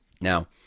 Now